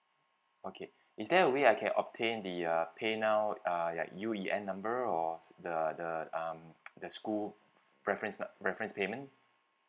okay is there a way I can obtain the uh paynow uh like U_E_N number or the the um the school preference lah preference payment